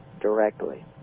directly